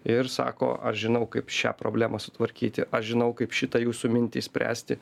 ir sako ar žinau kaip šią problemą sutvarkyti aš žinau kaip šitą jūsų mintį spręsti